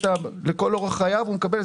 לכל אורך חייו הוא מקבל.